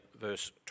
verse